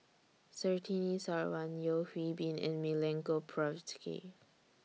Surtini Sarwan Yeo Hwee Bin and Milenko Prvacki